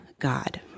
God